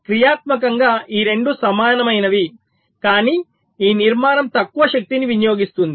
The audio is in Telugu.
క్రియాత్మకంగా ఈ 2 సమానమైనవి కానీ ఈ నిర్మాణం తక్కువ శక్తిని వినియోగిస్తుంది